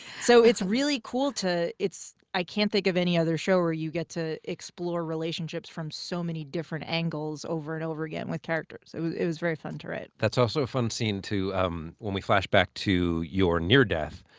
so it's really cool to i can't think of any other show where you get to explore relationships from so many different angles over and over again with characters. it was it was very fun to write. that's also a fun scene to um when we flash back to your near-death,